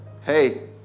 Hey